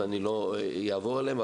ואני לא אעבור עליהם,